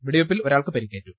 വെടിവെപ്പിൽ ഒരാൾക്ക് പരിക്കേറ്റു